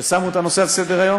ששמו את הנושא על סדר-היום,